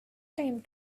time